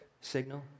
Signal